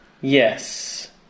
Yes